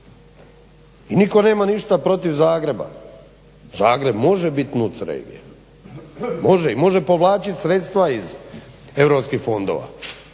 I nitko nema ništa protiv Zagreba, Zagreb može bit NUC regija i može povlačit sredstva iz europskih fondova,